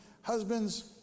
husbands